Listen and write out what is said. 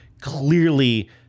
clearly